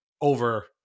over